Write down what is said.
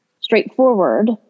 straightforward